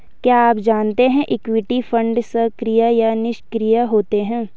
क्या आप जानते है इक्विटी फंड्स सक्रिय या निष्क्रिय होते हैं?